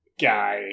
guy